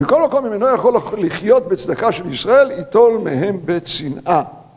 מכל מקום, אם אינו יכול לחיות בצדקה של ישראל, יטול מהם בצנעה.